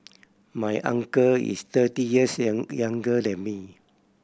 my uncle is thirty years young younger than me